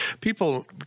people